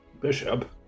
Bishop